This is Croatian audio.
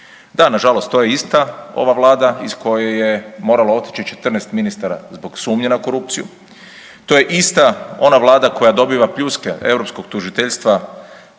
Da na žalost to je ista ova Vlada iz koje je moralo otići 14 ministara zbog sumnje na korupciju. To je ista ona Vlada koja dobiva pljuske europskog tužiteljstva